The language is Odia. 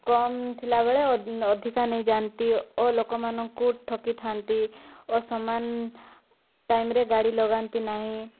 କମ୍ ଥିଲା ବେଳେ ଅ ଅଧିକା ନେଇଯାଆନ୍ତି ଓ ଲୋକମାନଙ୍କୁ ଠକିଥାନ୍ତି ଓ ସମାନ ଟାଇମ୍ରେ ଗାଡ଼ି ଲଗାନ୍ତି ନାହିଁ